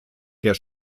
der